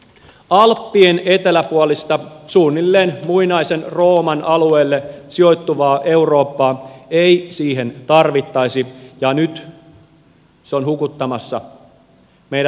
alppien eteläpuolista suunnilleen muinaisen rooman alueelle sijoittuvaa eurooppaa ei siihen tarvittaisi ja nyt se on hukuttamassa meidät muutkin